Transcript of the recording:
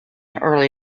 early